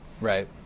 Right